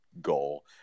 goal